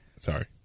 Sorry